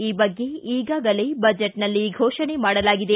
ಈ ಬಗ್ಗೆ ಈಗಾಗಲೇ ಬಜೆಟ್ನಲ್ಲಿ ಘೋಷಣೆ ಮಾಡಲಾಗಿದೆ